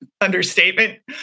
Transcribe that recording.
understatement